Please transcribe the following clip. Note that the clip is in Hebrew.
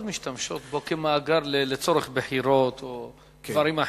משתמשות בו לצורך בחירות או דברים אחרים.